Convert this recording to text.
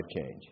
change